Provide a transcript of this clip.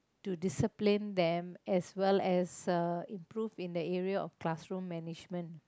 to discipline them as well as uh improve in the area of classroom management